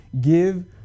Give